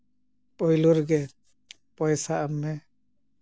ᱯᱳᱭᱞᱳ ᱨᱮᱜᱮ ᱯᱚᱭᱥᱟ ᱮᱢ ᱢᱮ